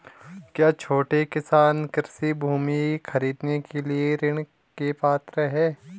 क्या छोटे किसान कृषि भूमि खरीदने के लिए ऋण के पात्र हैं?